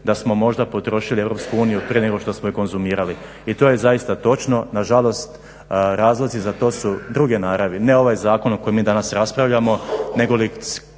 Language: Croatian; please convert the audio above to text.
da smo možda potrošili EU prije nego što smo je konzumirali. I to je zaista točno, nažalost razlozi za to su druge naravni, ne ovaj zakon o kojem mi danas raspravljamo,